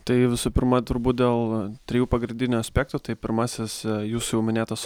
tai visų pirma turbūt dėl trijų pagrindinių aspektų tai pirmasis jūsų jau minėtas